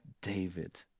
David